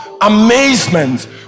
amazement